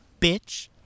bitch